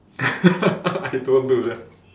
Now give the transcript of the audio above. I don't do that